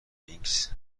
داینامیکس